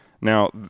Now